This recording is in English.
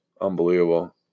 Unbelievable